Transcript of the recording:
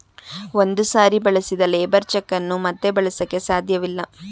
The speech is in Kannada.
ಒಂದು ಸಾರಿ ಬಳಸಿದ ಲೇಬರ್ ಚೆಕ್ ಅನ್ನು ಮತ್ತೆ ಬಳಸಕೆ ಸಾಧ್ಯವಿಲ್ಲ